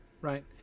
right